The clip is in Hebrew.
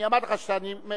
אני אמרתי לך שאני מבטל